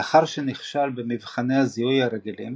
לאחר שנכשל במבחני הזיהוי הרגילים